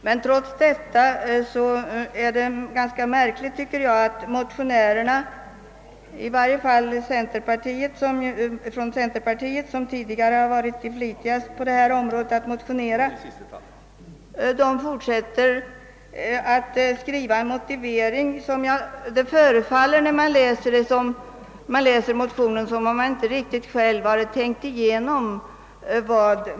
Men trots detta tycker jag att det är ganska märkligt att motionärerna — i varje fall från centerpartiet som tidigare varit de flitigaste på detta område — fortsätter att skriva en moti vering som är sådan att det förefaller som om man inte tänkt igenom den.